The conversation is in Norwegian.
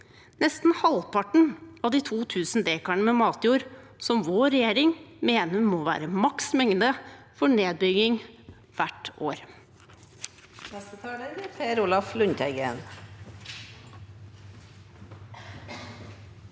nesten halvparten av de 2 000 dekarene med matjord som vår regjering mener må være maks mengde for nedbygging hvert år.